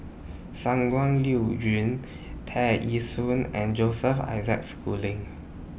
Shangguan Liuyun Tear Ee Soon and Joseph Isaac Schooling